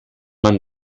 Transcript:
man